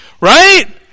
Right